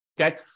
Okay